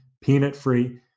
peanut-free